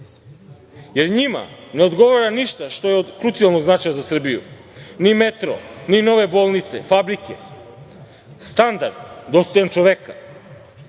jer njima ne odgovara ništa što je od krucijalnog značaja za Srbiju, ni metro, ni nove bolnice, ni fabrike, standard dostojan čoveka. Jedini